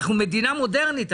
אנחנו מדינה מודרנית,